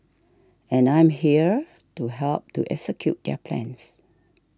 and I'm here to help to execute their plans